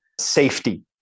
safety